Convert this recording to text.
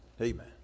Amen